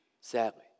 Sadly